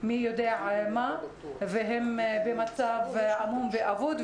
הן במצב עמום ואבוד,